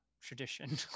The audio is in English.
tradition